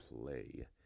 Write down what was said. play